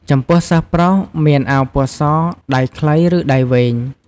ចំពោះសិស្សប្រុស មានអាវពណ៌ស ដៃខ្លី ឬដៃវែង ។